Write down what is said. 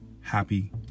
happy